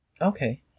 okay